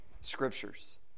scriptures